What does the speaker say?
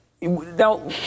Now